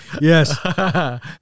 yes